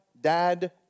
dad